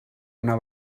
una